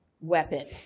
weapon